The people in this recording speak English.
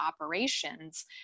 operations